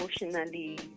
emotionally